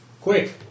Quick